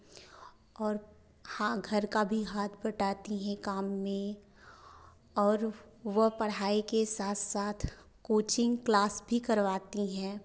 और हाँ घर का भी हाथ बटाती हैं काम में और वह पढ़ाई के साथ साथ कोचिंग क्लास भी करवाती हैं